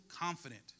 confident